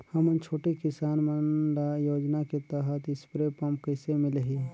हमन छोटे किसान मन ल योजना के तहत स्प्रे पम्प कइसे मिलही?